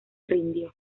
rindió